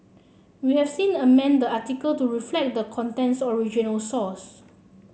we have since amended the article to reflect the content's original source